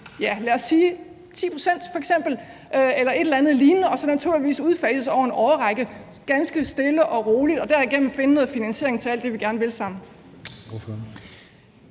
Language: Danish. med, lad os f.eks. sige 10 pct. eller noget lignende, og så skulle det naturligvis udfases over en årrække ganske stille og roligt, og at vi derigennem skulle finde noget finansiering til alt det, vi gerne vil sammen.